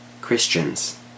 Christians